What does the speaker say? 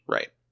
Right